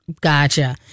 Gotcha